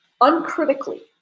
uncritically